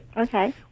okay